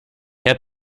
herr